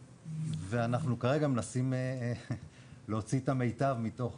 ואנחנו כרגע מנסים להוציא את המיטב מתוך